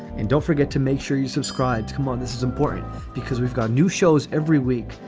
and don't forget to make sure you subscribe to. come on. this is important because we've got new shows every week.